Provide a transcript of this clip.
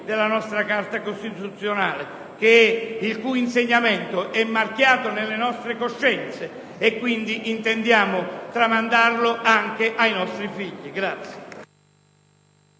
della nostra Carta costituzionale, il cui insegnamento è marchiato nelle nostre coscienze e intendiamo tramandarlo anche ai nostri figli.